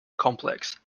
complex